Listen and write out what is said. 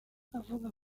avuga